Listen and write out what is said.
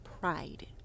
pride